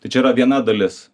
tai čia yra viena dalis